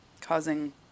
causing